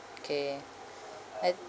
okay and